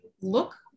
look